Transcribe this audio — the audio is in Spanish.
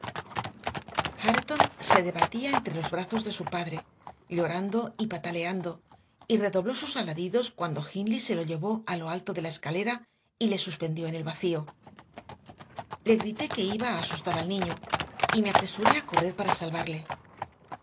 se debatía entre los brazos de su padre llorando y pataleando y redobló sus alaridos cuando hindley se lo llevó a lo alto de la escalera y le suspendió en el vacío le grité que iba a asustar al niño y me apresuré a correr para salvarle